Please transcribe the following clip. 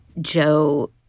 Joe